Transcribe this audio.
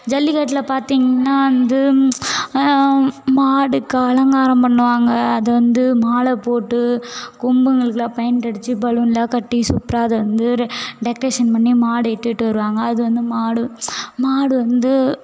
ஜல்லிக்கட்டில் பார்த்திங்னா வந்து மாட்டுக்கு அலங்காரம் பண்ணுவாங்க அது வந்து மாலை போட்டு கொம்புங்களுக்கலாம் பெயிண்டு அடித்து பலூன்லாம் கட்டி சூப்பராக அதை வந்து ரெ டெக்ரேஷன் பண்ணி மாடு இழுட்டுட்டு வருவாங்க அது வந்து மாடு மாடு வந்து